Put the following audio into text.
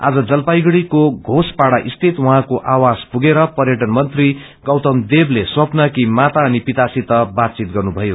आज जलपागइगढ़ीको घोषपाङा स्थित उनको आवास पुगेर पर्यटन मन्त्री गौतम देवले स्वप्नाको माता अनि पितासित बातवित गर्नुमयो